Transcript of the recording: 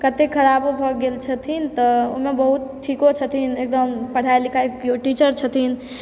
कतेक खराबो भऽ गेल छथिन तऽ ओहिमे बहुत ठीको छथिन एकदम पढ़ाइ लिखाइ किओ टीचर छथिन